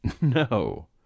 No